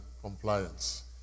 compliance